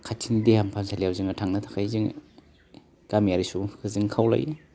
खाथिनि देहा फाहामसालियाव जोङो थांनो थाखाय जोङो गामियारि सुबुंफोरखौ जों खावलायो